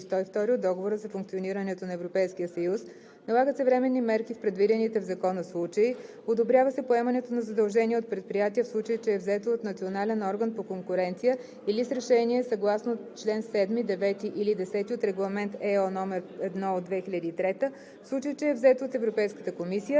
и 102 от Договора за функционирането на Европейския съюз; налагат се временни мерки в предвидените в закона случаи; одобрява се поемането на задължения от предприятия, в случай че е взето от национален орган по конкуренция, или с решение съгласно чл. 7, 9 или 10 от Регламент (ЕО) № 1/2003, в случай че е взето от Европейската комисия,